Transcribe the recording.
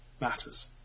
matters